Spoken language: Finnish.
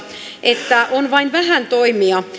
että on vain vähän toimia